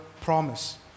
promise